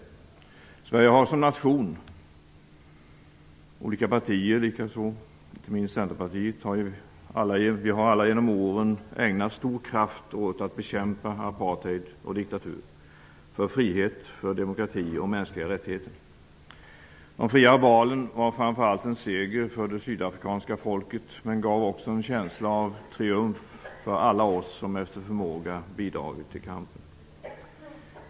Genom åren har Sverige som nation -- liksom olika partier, inte minst Centerpartiet -- ägnat stor kraft åt att bekämpa apartheid och diktatur och att främja frihet och mänskliga rättigheter. De fria valen var framför allt en seger för det sydafrikanska folket, men de gav också en känsla av triumf åt alla oss som efter förmåga bidragit till kampen.